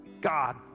God